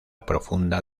profunda